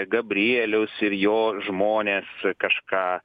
gabrielius ir jo žmonės kažką